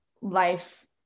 life